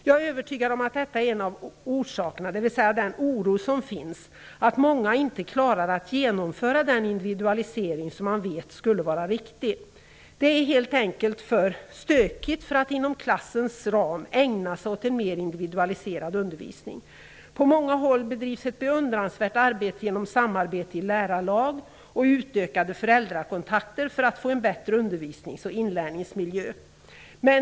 Jag är övertygad om att den oro som finns är en av orsakerna till att många inte klarar av att genomföra den individualisering som man vet skulle vara riktig. Det är helt enkelt för stökigt för att inom klassens ram ägna sig åt en mer individualiserad undervisning. På många håll bedrivs ett beundransvärt arbete genom samarbete i lärarlag och utökade föräldrakontakter för att få en bättre undervisnings och inlärningsmiljö.